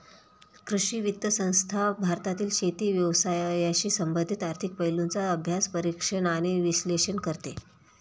कृषी वित्त संस्था भारतातील शेती व्यवसायाशी संबंधित आर्थिक पैलूंचा अभ्यास, परीक्षण आणि विश्लेषण करते